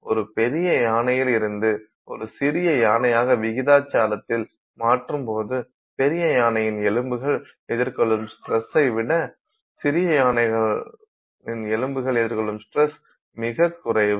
ஒரு பெரிய யானையிலிருந்து ஒரு சிறிய யானையாக விகிதாச்சாரத்தில் மாற்றும் போது பெரிய யானையின் எலும்புகள் எதிர்கொள்ளும் ஸ்ட்ரஸ் விட சிறிய யானையின் எலும்புகள் எதிர்கொள்ளும் ஸ்ட்ரஸ் மிகக் குறைவு